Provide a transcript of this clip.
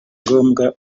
ngombwa